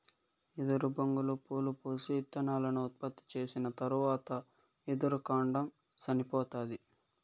ఎదురు బొంగులు పూలు పూసి, ఇత్తనాలను ఉత్పత్తి చేసిన తరవాత ఎదురు కాండం సనిపోతాది